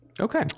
Okay